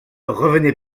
revenez